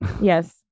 Yes